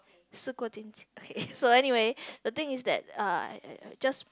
okay so anyway the thing is that uh just